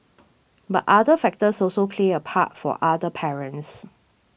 but other factors also played a part for other parents